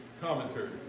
commentary